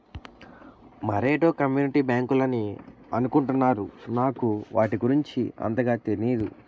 మరేటో కమ్యూనిటీ బ్యాంకులని అనుకుంటున్నారు నాకు వాటి గురించి అంతగా తెనీదు